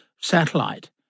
satellite